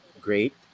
great